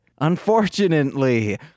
unfortunately